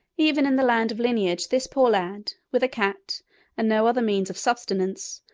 even in the land of lineage this poor lad, with a cat and no other means of subsistence,